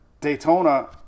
Daytona